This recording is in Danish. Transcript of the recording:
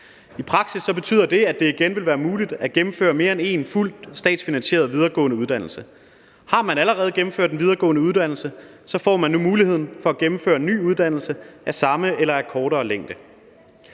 I praksis betyder det, at det igen vil være muligt at gennemføre mere end en fuldt statsfinansieret videregående uddannelse. Har man allerede gennemført en videregående uddannelse, får man nu muligheden for at gennemføre en ny uddannelse af samme eller kortere længde.